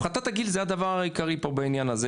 הפחתת הגיל זה הדבר העיקרי פה בעניין הזה,